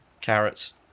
Carrots